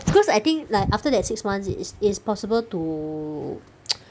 because I think like after that six months it is it is possible to